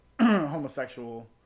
homosexual